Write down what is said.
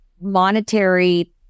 monetary